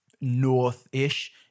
north-ish